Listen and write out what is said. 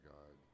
God